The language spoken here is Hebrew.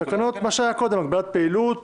התקנות שהיו קודם: הגבלת פעילות,